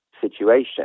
situation